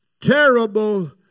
terrible